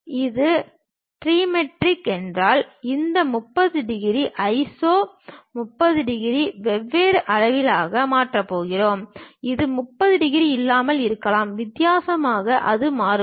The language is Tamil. இது ட்ரிமெட்ரிக் என்றால் இந்த 30 டிகிரி ஐசோ 30 டிகிரி வெவ்வேறு அளவில் மாறப்போகிறது இது 30 டிகிரி இல்லாமல் இருக்கலாம் வித்தியாசமாக அது மாறுபடும்